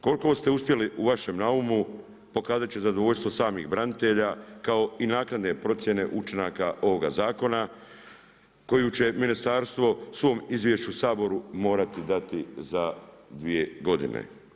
Koliko ste uspjeli u vašem naumu, pokazati će zadovoljstvo samih branitelja, kao i naknade procjene učinaka ovoga zakona, koji će ministarstvo u svom izvješću Saboru dati za 2 godine.